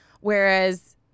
Whereas